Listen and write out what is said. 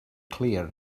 clear